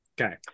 Okay